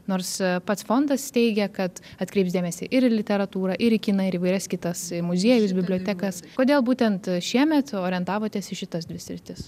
nors pats fondas teigia kad atkreips dėmesį ir į literatūrą ir į kiną ir įvairias kitas muziejus bibliotekas kodėl būtent šiemet orientavotės į šitas dvi sritis